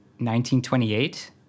1928